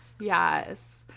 yes